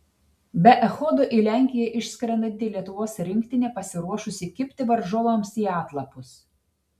be echodo į lenkiją išskrendanti lietuvos rinktinė pasiruošusi kibti varžovams į atlapus